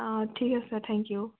অ' ঠিক আছে thank U